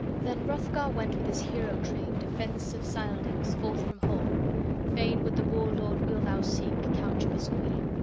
then hrothgar went with his hero-train, defence-of-scyldings, forth from hall fain would the war-lord wealhtheow seek, couch of his queen.